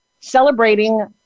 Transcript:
Celebrating